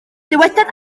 dywedodd